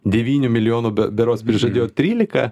devynių milijonų berods prižadėjo trylika